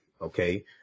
Okay